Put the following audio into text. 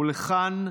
ולכן,